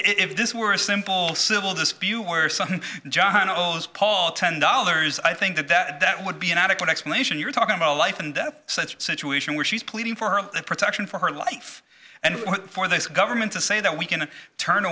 if this were a simple civil dispute where something john owes paul ten dollars i think that that would be an adequate explanation you're talking about a life and such situation where she's pleading for her protection for her life and for this government to say that we can turn